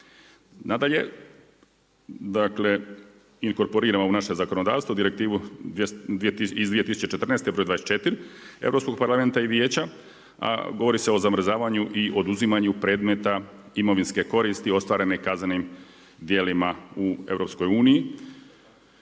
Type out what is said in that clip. Nadalje, inkorporiramo ovo naše zakonodavstvo Direktivu iz 2014. br. 24. Europskog parlamenta i Vijeća, a govori se o zamrzavanju i oduzimanju predmeta imovinske koristi ostvarene kaznenim djelima u EU-u.